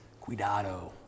cuidado